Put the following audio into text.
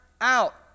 out